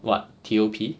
what T O P